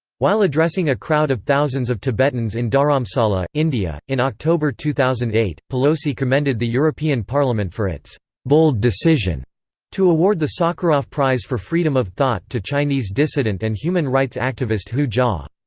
while addressing a crowd of thousands of tibetans in dharamsala, india in october two thousand and eight, pelosi commended the european parliament for its bold decision to award the sakharov prize for freedom of thought to chinese dissident and human rights activist hu jia.